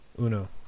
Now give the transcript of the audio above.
Uno